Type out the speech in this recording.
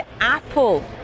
Apple